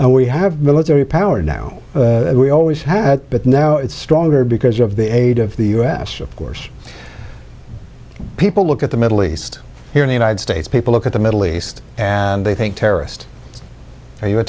and we have military power now we always had but now it's stronger because of the aid of the u s of course people look at the middle east here in the united states people look at the middle east and they think terrorist are you a